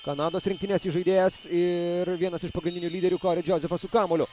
kanados rinktinės įžaidėjas ir vienas iš pagrindinių lyderių kori džozefas su kamuolio